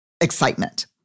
excitement